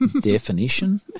definition